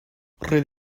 roedd